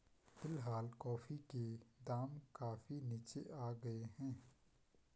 फिलहाल कॉफी के दाम काफी नीचे आ गए हैं